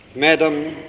madam,